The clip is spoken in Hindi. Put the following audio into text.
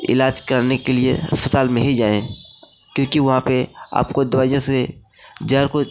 इलाज करने के लिए अस्पताल में ही जाएँ क्योकि वहाँ पर आपको दवाइयों से ज़्यादा कुछ